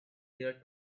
their